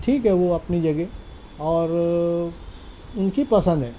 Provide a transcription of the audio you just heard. ٹھیک ہے وہ اپنی جگہ اور ان کی پسند ہے